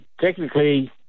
Technically